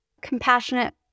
compassionate